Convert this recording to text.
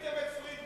ישבת עם פרידמן